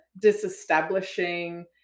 disestablishing